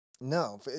No